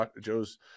Joe's